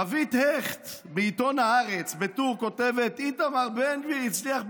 רוית הכט כותבת בטור בעיתון הארץ: איתמר בן גביר הצליח במשימה,